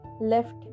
left